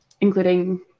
including